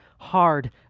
hard